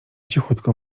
cichutko